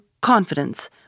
confidence